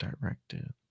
directed